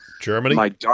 Germany